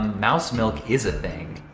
mouse milk is a thing.